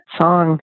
song